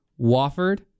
Wofford